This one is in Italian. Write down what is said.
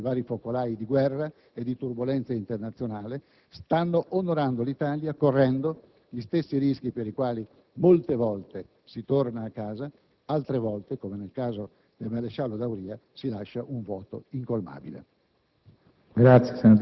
che in questo momento, nei vari focolai di guerra e nelle turbolenze internazionali, stanno onorando il nostro Paese, correndo gli stessi rischi per i quali molte volte si torna a casa e altre, come nel caso del maresciallo D'Auria, si lascia un vuoto incolmabile.